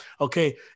okay